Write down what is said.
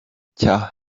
cya